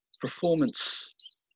performance